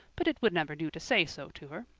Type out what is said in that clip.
but it would never do to say so to her.